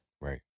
Right